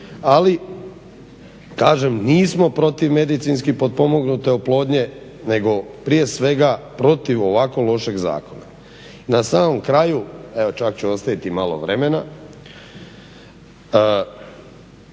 ali kažem nismo protiv medicinski potpomognute oplodnje nego prije svega protiv ovako lošeg zakona. Na samom kraju, evo čak ću ostavit i malo vremena,